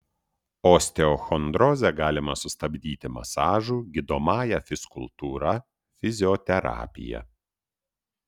osteochondrozę galima sustabdyti masažu gydomąja fizkultūra fizioterapija